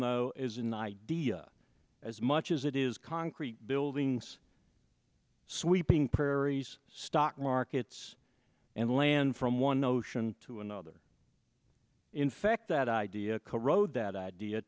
know is an idea as much as it is concrete buildings sweeping prairie's stock markets and land from one ocean to another in fact that idea corrode that idea